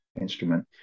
instrument